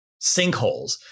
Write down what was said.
sinkholes